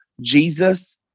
Jesus